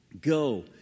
Go